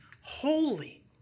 holy